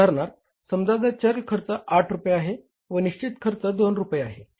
उदाहरणार्थ समजा चल खर्च 8 रुपये आहे व निश्चित खर्च 2 रुपये आहे